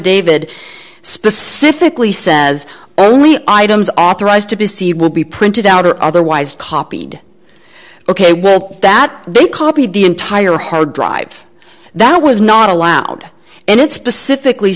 davit specifically says only items authorized to be see would be printed out or otherwise copied ok well that they copied the entire hard drive that was not allowed and it specifically